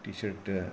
T shirt